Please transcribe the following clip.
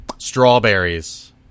strawberries